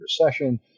recession